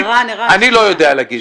אני לא יודע להגיד.